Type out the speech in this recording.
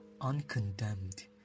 uncondemned